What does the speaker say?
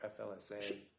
FLSA